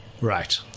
Right